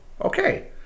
Okay